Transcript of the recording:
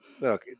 look